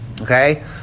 Okay